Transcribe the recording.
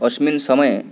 अस्मिन् समये